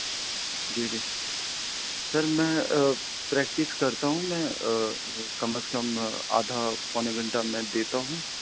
جی جی سر میں پریکٹس کرتا ہوں میں کم از کم آدھا پونے گھنٹہ میں دیتا ہوں